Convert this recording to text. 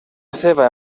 seva